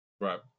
right